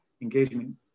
engagement